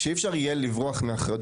שאי אפשר יהיה לברוח מאחריות.